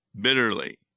bitterly